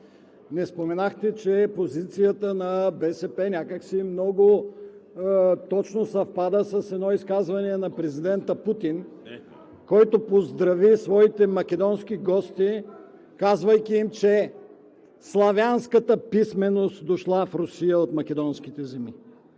Не споменахте, че позицията на БСП някак си много точно съвпада с едно изказване на президента Путин, който поздрави своите македонски гости, казвайки им, че славянската писменост дошла в Русия от македонските земи.